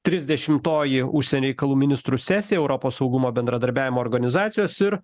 trisdešimtoji užsienio reikalų ministrų sesija europos saugumo bendradarbiavimo organizacijos ir